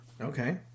Okay